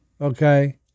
Okay